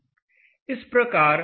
इसे चार्जिंग कहते हैं